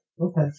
Okay